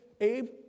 Abe